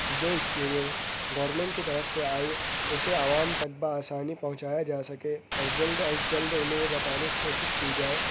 جو اسکیمیں گورنمنٹ کی طرف سے آئے اسے عوام تک بہ آسانی پہنچایا جا سکے اور جلد از جلد انہیں بتانے کی کوشش کی جائے